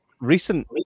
recent